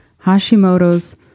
Hashimoto's